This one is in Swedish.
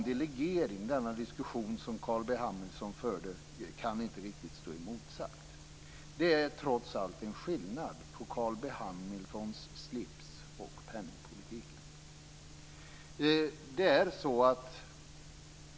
Det Carl B Hamilton sade om delegering kan inte få stå oemotsagt. Det är trots allt en skillnad på Carl B Hamiltons slips och penningpolitiken.